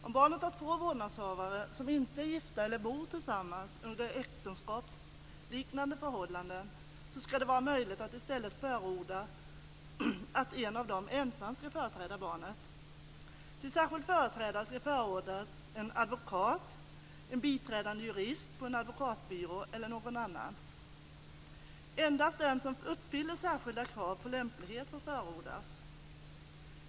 Om barnet har två vårdnadshavare som inte är gifta eller som bor tillsammans under äktenskapsliknande förhållanden, ska det vara möjligt att i stället förordna att en av dem ensam ska företräda barnet. Till särskild företrädare ska förordnas en advokat, en biträdande jurist på en advokatbyrå eller någon annan. Endast den som uppfyller särskilda krav på lämplighet får förordnas.